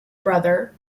brother